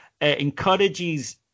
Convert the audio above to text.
encourages